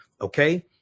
okay